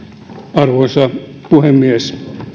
arvoisa puhemies